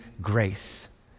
grace